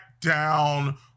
down